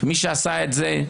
מי שעשה את זה,